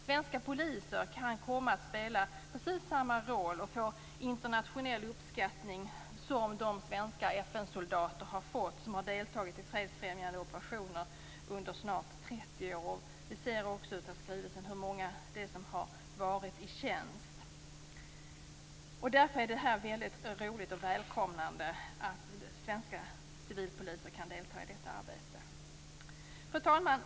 Svenska poliser kan komma att spela precis samma roll och få samma internationella uppskattning som de svenska FN soldater som har deltagit i fredsfrämjande operationer under snart 30 år har fått. Det står också i skrivelsen hur många som har varit tjänst. Därför är det mycket roligt och välkommet att svenska civilpoliser kan delta i detta arbete. Fru talman!